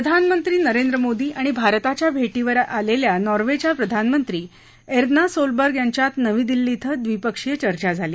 प्रधानमंत्री नरेंद्र मोदी आणि भारताच्या भेटीवर आलेल्या नॉर्वेच्या प्रधानमंत्री एर्ना सोलबर्ग यांच्यात नवी दिल्ली इथं द्विपक्षीय चर्चा झाली